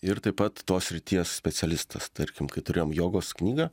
ir taip pat tos srities specialistas tarkim kai turėjom jogos knygą